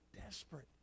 desperate